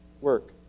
work